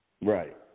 right